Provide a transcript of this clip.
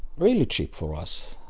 really cheap for us.